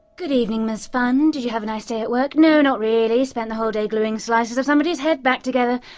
good evening, ms funn, you have a nice day at work, no, not really, spent the whole day gluing slices of somebody's head back together,